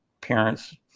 parents